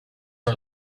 our